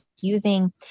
using